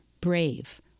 brave